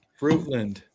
Fruitland